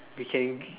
we can